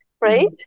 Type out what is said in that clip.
right